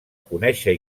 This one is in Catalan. conèixer